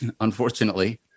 unfortunately